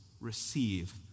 receive